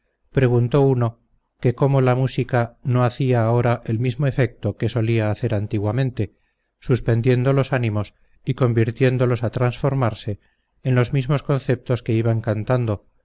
preguntó uno que cómo la música no hacía ahora el mismo efecto que solía hacer antiguamente suspendiendo los ánimos y convirtiéndolos a transformarse en los mismos conceptos que iban cantando